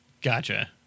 Gotcha